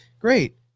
Great